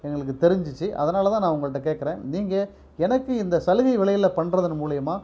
எங்களுக்கு தெரிஞ்சிச்சு அதனால் தான் நான் உங்கள்கிட்ட கேட்குறேன் நீங்கள் எனக்கு இந்த சலுகை விலையில் பண்ணுறதன் மூலிமா